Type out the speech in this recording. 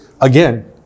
again